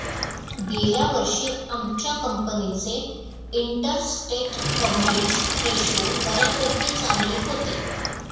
गेल्या वर्षी आमच्या कंपनीचे इंटरस्टेट कव्हरेज रेशो बऱ्यापैकी चांगले होते